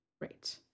Right